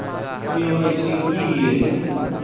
KYC की हिये है?